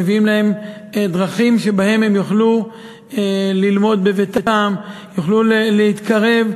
מביאים לכך שהם יוכלו ללמוד בביתם, יוכלו להתקרב,